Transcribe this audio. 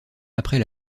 après